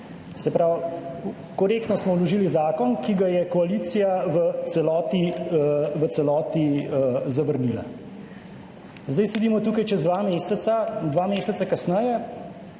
Se pravi, korektno smo vložili zakon, ki ga je koalicija v celoti zavrnila. Zdaj sedimo tukaj po dveh mesecih, dva meseca kasneje